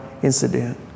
incident